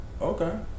Okay